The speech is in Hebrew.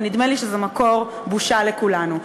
ונדמה לי שזה מקור בושה לכולנו.